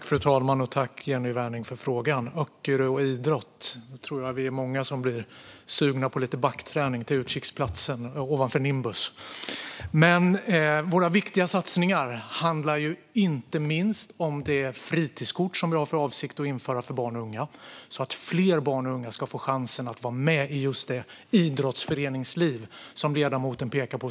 Fru talman! Jag tackar Jennie Wernäng för frågan. När det talas om Öckerö och idrott är vi nog många som blir sugna på lite backträning till utkiksplatsen ovanför Nimbus. Våra viktiga satsningar handlar inte minst om det fritidskort som vi har för avsikt att införa för barn och unga, så att fler barn och unga ska få chansen att vara med i det idrottsföreningsliv som ledamoten pekade på.